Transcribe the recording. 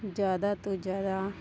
ਜ਼ਿਆਦਾ ਤੋਂ ਜ਼ਿਆਦਾ